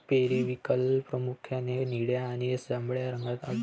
periwinkle प्रामुख्याने निळ्या आणि जांभळ्या रंगात आढळते